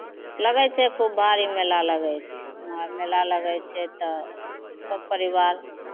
लगै छै खूब भारी मेला लगै छै मा मेला लगै छै तऽ सभ परिवार